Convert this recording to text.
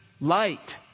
light